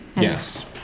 Yes